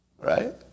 Right